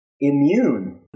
immune